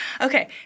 Okay